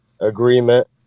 agreement